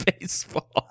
baseball